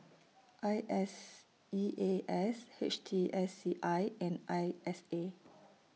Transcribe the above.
I S E A S H T S C I and I S A